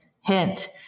hint